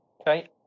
Okay